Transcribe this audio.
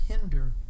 hinder